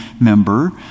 member